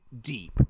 deep